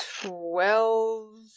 Twelve